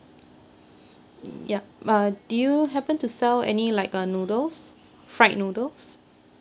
yup uh do you happen to sell any like uh noodles fried noodles